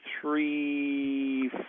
three